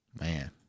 man